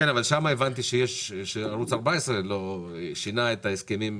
אבל הבנתי שערוץ 14 שינה את ההסכמים.